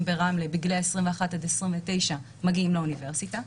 ברמלה בגילאי 29-21 מגיעים לאוניברסיטה.